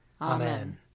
Amen